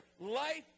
Life